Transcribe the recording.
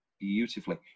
beautifully